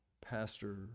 pastor